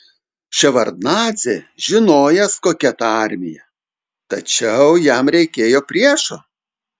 ševardnadzė žinojęs kokia ta armija tačiau jam reikėjo priešo